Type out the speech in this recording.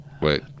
Wait